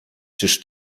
czyż